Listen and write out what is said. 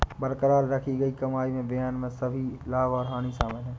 बरकरार रखी गई कमाई में बयान में सभी लाभ और हानि शामिल हैं